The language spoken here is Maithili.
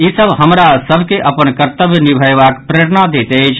ई सभ हमरा सभ के अपन कर्तब्य निभयबाक प्रेरणा दैत अछि